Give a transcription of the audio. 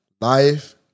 life